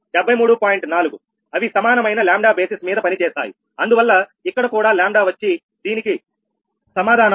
4 అవి సమానమైన 𝜆 బేసిస్ మీద పనిచేస్తాయి అందువల్ల ఇక్కడ కూడా 𝜆 వచ్చి దీనికి సమాధానం